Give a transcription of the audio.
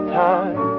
time